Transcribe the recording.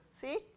See